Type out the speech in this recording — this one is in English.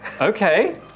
Okay